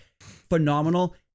Phenomenal